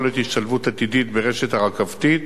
יכולת השתלבות עתידית ברשת הרכבתית,